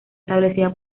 establecida